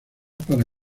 para